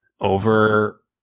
Over